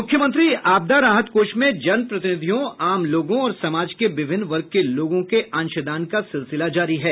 मूख्यमंत्री आपदा राहत कोष में जन प्रतिनिधियों आम लोगों और समाज के विभिन्न वर्ग के लोगों के अंशदान का सिलसिला जारी है